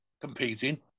competing